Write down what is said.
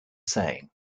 saying